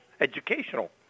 educational